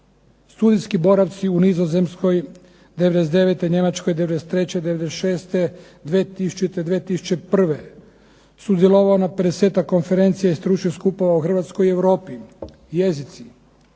Studijski boravci u Nizozemskoj '99., Njemačkoj '93., '96., 2000.i 2001 sudjelovao na 50-tak konferencija i stručnih skupova u Hrvatskoj i Europi. Jezici: